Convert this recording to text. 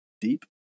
deep